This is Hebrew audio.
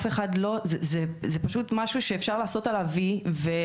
זה פשוט משהו שאפשר לעשות עליו וי.